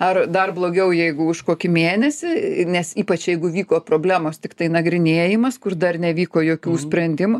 ar dar blogiau jeigu už kokį mėnesį nes ypač jeigu vyko problemos tiktai nagrinėjimas kur dar nevyko jokių sprendimų